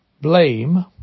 Blame